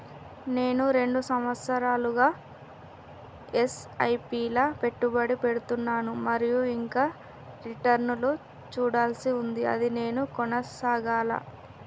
నేను రెండు సంవత్సరాలుగా ల ఎస్.ఐ.పి లా పెట్టుబడి పెడుతున్నాను మరియు ఇంకా రిటర్న్ లు చూడాల్సి ఉంది నేను కొనసాగాలా?